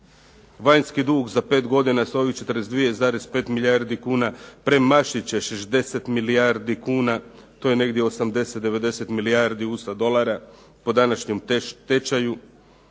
Vanjski dug za pet godina s ovih 42,5 milijardi kuna premašit će 60 milijardi kuna. To je negdje 80, 90 milijardi USA dolara po današnjem tečaju.